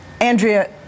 Andrea